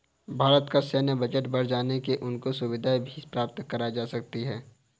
भारत का सैन्य बजट बढ़ जाने से उनको अन्य सुविधाएं भी प्राप्त कराई जा सकती हैं